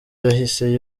yahise